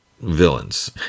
villains